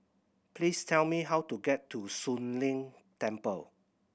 please tell me how to get to Soon Leng Temple